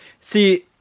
see